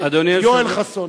יואל חסון.